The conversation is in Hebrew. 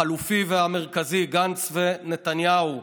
החלופי והמרכזי, גנץ ונתניהו,